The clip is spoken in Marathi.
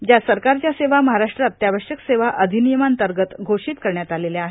ज्या सरकारच्या सेवा महाराष्ट्र अत्यावश्यक सेवा अधिनियमांतर्गत घोषित करण्यात आलेल्या आहेत